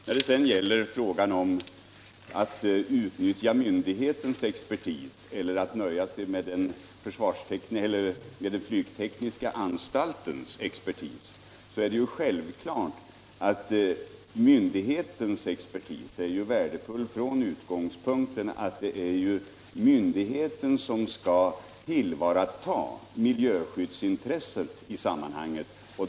När det gäller frågan om att utnyttja miljöskyddsmyndigheternas expertis eller nöja sig med den flygtekniska anstaltens är det självklart att myndigheternas expertis är värdefull från den utgångspunkten att det är myndigheterna som skall tillvarata miljöskyddsintresset.